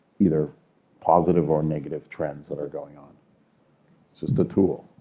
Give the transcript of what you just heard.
either positive or negative trends that are going on. it's just a tool.